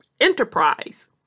enterprise